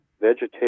vegetation